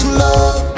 love